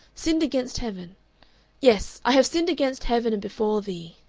sinned against heaven yes, i have sinned against heaven and before thee.